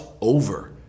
over